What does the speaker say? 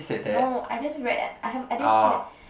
no I just read eh I haven't I didn't see that